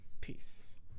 Peace